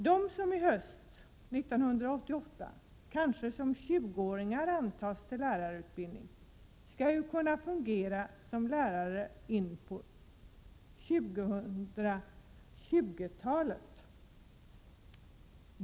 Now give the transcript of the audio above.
De som i höst, år 1988, kanske som 20-åringar antas till lärarutbildning skall ju kunna fungera som lärare in på 2020-talet.